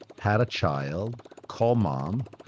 had a child, called mom,